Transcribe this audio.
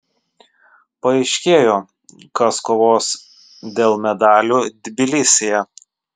paaiškėjo kas kovos dėl medalių tbilisyje